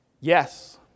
yes